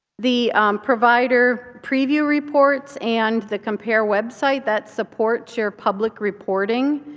the provider preview reports and the compare website, that supports your public reporting.